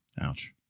Ouch